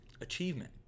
achievement